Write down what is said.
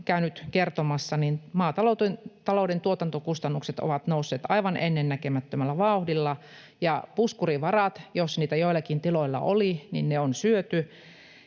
käynyt kertomassa, maatalouden tuotantokustannukset ovat nousseet aivan ennennäkemättömällä vauhdilla ja puskurivarat, jos niitä joillakin tiloilla oli, on syöty.